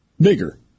bigger